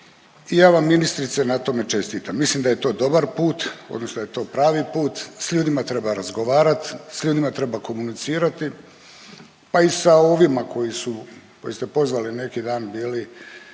i ja vam ministrice na tome čestitam. Mislim da je to dobar put odnosno da je to pravi put, s ljudima treba razgovarati, s ljudima treba komunicirati, pa i sa ovima koji su, koje ste pozvali neki dan bili